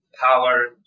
power